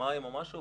מים או משהו,